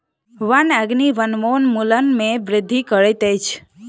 वन अग्नि वनोन्मूलन में वृद्धि करैत अछि